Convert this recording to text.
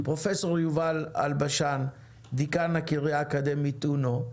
פרופ' יובל אלבשן, דיקן הקריה האקדמית אונו,